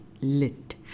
Lit